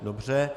Dobře.